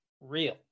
real